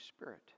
spirit